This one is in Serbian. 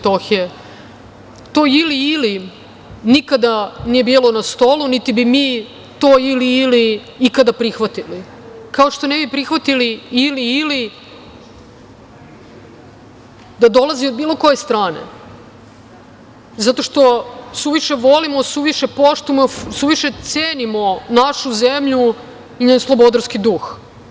To ili-ili nikada nije bilo na stolu, niti bi mi to ili-ili ikada prihvatili, kao što ne bi prihvatili ili-ili da dolazi od bilo koje strane zato što suviše volimo, suviše poštujemo, suviše cenimo našu zemlju i njen slobodarski duh.